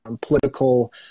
political